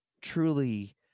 truly